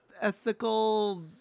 ethical